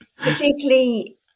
particularly